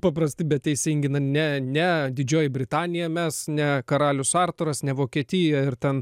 paprasti bet teisingi ne ne didžioji britanija mes ne karalius artūras ne vokietija ir ten